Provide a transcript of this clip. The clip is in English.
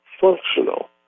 functional